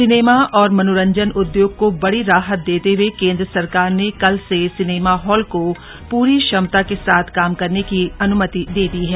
cinema और मनोरंजन उद्योग को बड़ी राहत देते हुए केन्द्र सरकार ने कल से सिनेमा हॉल को पूरी क्षमता के साथ काम करने की अनुमति दे दी है